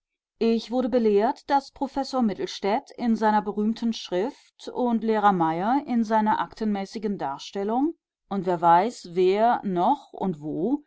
ich wurde belehrt daß professor mittelstädt in seiner berühmten schrift und lehrer mayer in seiner aktenmäßigen darstellung und wer weiß wer noch und wo